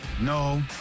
No